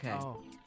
Okay